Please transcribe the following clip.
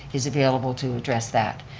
he's available to address that.